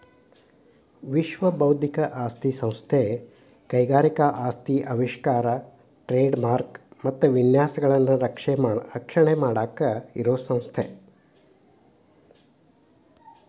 ವಿಶ್ವ ಬೌದ್ಧಿಕ ಆಸ್ತಿ ಸಂಸ್ಥೆ ಕೈಗಾರಿಕಾ ಆಸ್ತಿ ಆವಿಷ್ಕಾರ ಟ್ರೇಡ್ ಮಾರ್ಕ ಮತ್ತ ವಿನ್ಯಾಸಗಳನ್ನ ರಕ್ಷಣೆ ಮಾಡಾಕ ಇರೋ ಸಂಸ್ಥೆ